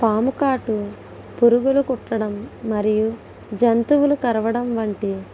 పాము కాటు పురుగులు కుట్టడం మరియు జంతువులు కరవడం వంటి